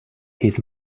his